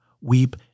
Weep